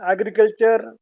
Agriculture